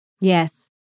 Yes